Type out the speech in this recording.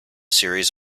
series